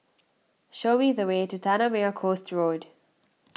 show me the way to Tanah Merah Coast Road